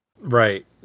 Right